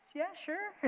yes, sure,